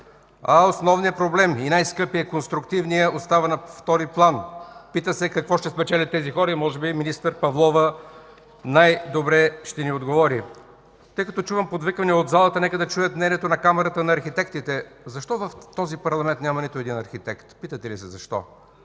а основният проблем и най-скъпият – конструктивният, остава на втори план. (Реплика от народния представител Делян Добрев.) Пита се: какво ще спечелят тези хора и може би министър Павлова най-добре ще ни отговори. Тъй като чувам подвиквания от залата, нека да чуят мнението на Камарата на архитектите. Защо в този парламент няма нито един архитект? Питате ли се защо?